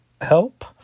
help